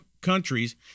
countries